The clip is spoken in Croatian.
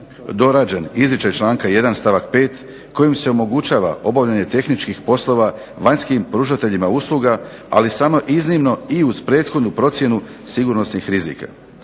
dorađen izričaj članka 1. stavak 5. kojim se omogućava obavljanje tehničkih poslova vanjskim pružateljima usluga, ali samo iznimno i uz prethodnu procjenu sigurnosnih rizika.